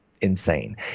insane